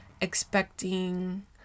expecting